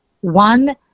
One